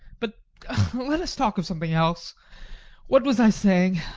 but let us talk of something else what was i saying